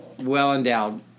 well-endowed